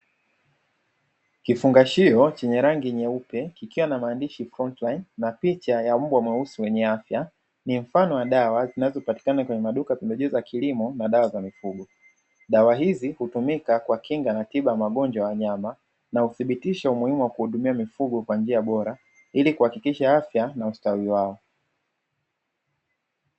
Kifungashio chenye rangi nyeupe kikiwa na maandishi “contraine” na picha ya mbwa mweusi mwenye afya, ni mfano wa dawa zinazopatikana kwenye maduka ya pembejeo za kilimo na dawa za mifugo, dawa hizi hutumika kwa kinga na tiba ya magonjwa ya wanyama na udhibitisha umuhimu wa kuhudumia mifugo kwa njia bora ili kuhakikisha afya na ustawi wao.